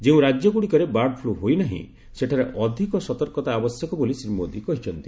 ଯେଉଁ ରାଜ୍ୟଗୁଡ଼ିକରେ ବାର୍ଡଫୁ ହୋଇନାହିଁ ସେଠାରେ ଅଧିକ ସତର୍କତା ଆବଶ୍ୟକ ବୋଲି ଶ୍ରୀ ମୋଦୀ କହିଚ୍ଛନ୍ତି